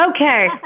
Okay